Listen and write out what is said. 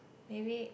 maybe